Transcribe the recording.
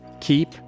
keep